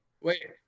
Wait